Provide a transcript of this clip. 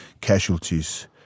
casualties